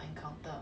oh like the